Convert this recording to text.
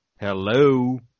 Hello